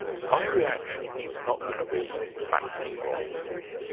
my reaction is not going to be back to the drawing board,